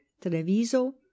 Treviso